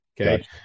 Okay